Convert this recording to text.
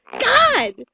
God